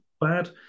bad